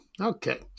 okay